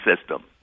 system